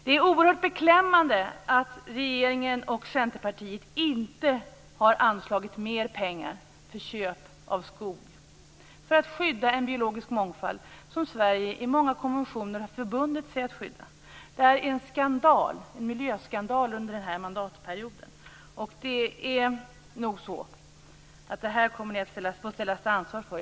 Det är oerhört beklämmande att regeringen och Centerpartiet inte har anslagit mer pengar för köp av skog för att skydda en biologisk mångfald som Sverige i många konventioner har förbundit sig att skydda. Det kan betraktas som en miljöskandal. Detta kommer ni att få ställas till ansvar för.